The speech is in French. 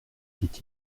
dit